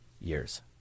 years